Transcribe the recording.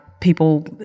people